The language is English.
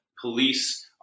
police